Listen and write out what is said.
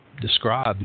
describe